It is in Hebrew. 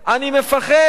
אני פוחד.